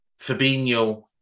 Fabinho